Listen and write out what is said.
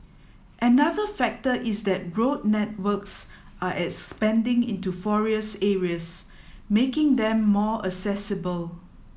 another factor is that road networks are expanding into forest areas making them more accessible